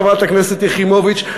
חברת הכנסת יחימוביץ.